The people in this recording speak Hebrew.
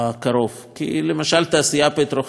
כי למשל תעשייה פטרוכימית, מה לעשות?